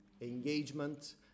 engagement